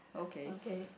okay